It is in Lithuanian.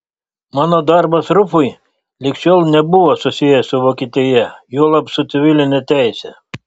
mano darbas rufui lig šiol nebuvo susijęs su vokietija juolab su civiline teise